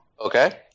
Okay